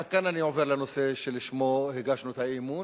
וכאן אני עובר לנושא שלשמו הגשנו את האי-אמון.